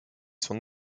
son